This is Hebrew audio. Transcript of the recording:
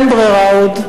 אין ברירה עוד.